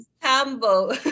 Campbell